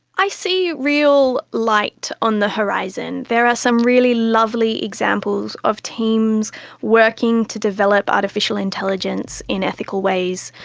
i see real light on the horizon. there are some really lovely examples of teams working to develop artificial intelligence in ethical ways.